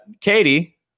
Katie